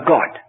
God